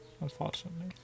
Unfortunately